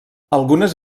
algunes